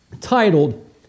titled